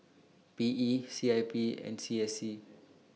P E C I P and C S C